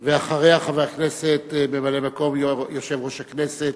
ואחריה, חבר הכנסת, ממלא-מקום יושב-ראש הכנסת,